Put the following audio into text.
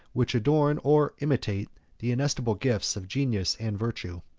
which adorn or imitate the inestimable gifts of genius and virtue.